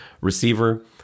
receiver